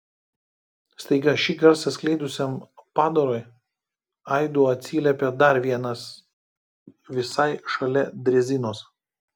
staiga šį garsą skleidusiam padarui aidu atsiliepė dar vienas visai šalia drezinos